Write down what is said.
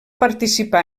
participar